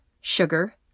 sugar